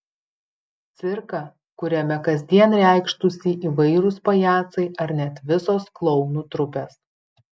cirką kuriame kasdien reikštųsi įvairūs pajacai ar net visos klounų trupės